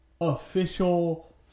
official